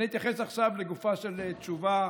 אני אתייחס עכשיו לגופה של תשובה,